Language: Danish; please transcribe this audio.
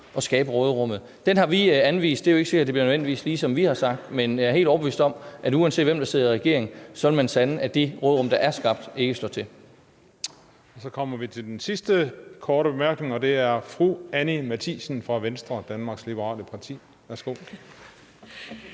at skabe råderummet. Den har vi anvist, og det er jo ikke sikkert, det nødvendigvis lige bliver, som vi har sagt, men jeg er helt overbevist om, at uanset hvem der sidder i regering, vil man sande, at det råderum, der er skabt, ikke slår til. Kl. 17:02 Tredje næstformand (Christian Juhl): Så kommer vi til den sidste korte bemærkning, og det er fra fru Anni Matthiesen fra Venstre, Danmarks liberale parti. Værsgo.